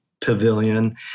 pavilion